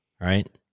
right